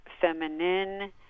feminine